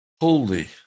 Holy